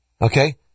Okay